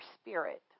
spirit